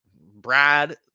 Brad